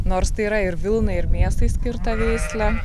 nors tai yra ir vilnai ir mėsai skirta veislė